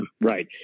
right